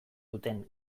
duten